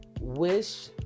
wish